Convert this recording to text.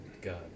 God